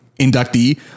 inductee